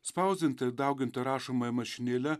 spausdinta dauginta rašomąja mašinėle